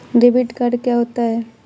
Debit card क्या होता है?